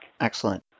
Excellent